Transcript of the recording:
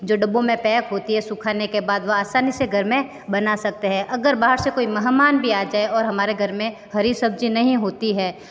जो डब्बों में पैक होती है सूखाने के बाद वह आसानी से घर में बना सकते हैं अगर बाहर से कोई मेहमान भी आ जाए और हमारे घर में हरी सब्जी नहीं होती है